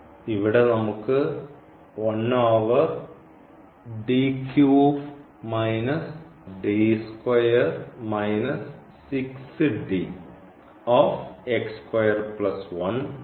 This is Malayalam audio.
ഇവിടെ നമുക്ക് ഉണ്ട്